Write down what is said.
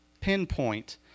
pinpoint